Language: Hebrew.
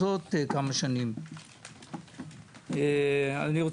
האוצר לא היה נותן לדברים הללו תקציבים.